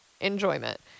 enjoyment